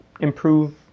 improve